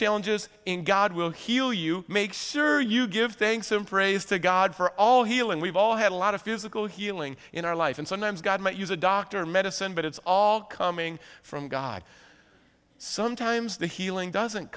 challenges in god will heal you make sure you give thanks and praise to god for all healing we've all had a lot of physical healing in our life and sometimes god might use a doctor or medicine but it's all coming from god sometimes the healing doesn't